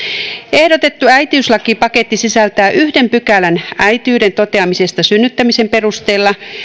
ehdotettu äitiyslakipaketti sisältää yhden pykälän äitiyden toteamisesta synnyttämisen perusteella